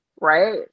right